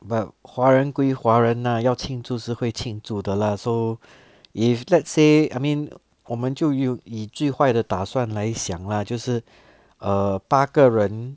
but 华人归华人 lah 要庆祝是会庆祝的 lah so if let's say I mean 我们就以以最坏的打算来想 lah 就是 err 八个人